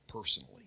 personally